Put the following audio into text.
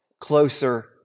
closer